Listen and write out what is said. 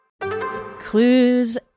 Clues